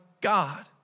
God